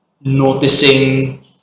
noticing